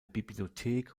bibliothek